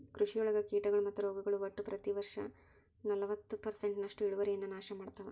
ಕೃಷಿಯೊಳಗ ಕೇಟಗಳು ಮತ್ತು ರೋಗಗಳು ಒಟ್ಟ ಪ್ರತಿ ವರ್ಷನಲವತ್ತು ಪರ್ಸೆಂಟ್ನಷ್ಟು ಇಳುವರಿಯನ್ನ ನಾಶ ಮಾಡ್ತಾವ